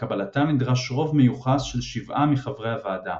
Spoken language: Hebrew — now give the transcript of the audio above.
ולקבלתה נדרש רוב מיוחס של שבעה מחברי הוועדה.